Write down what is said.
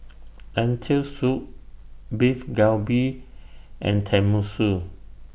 Lentil Soup Beef Galbi and Tenmusu